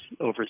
over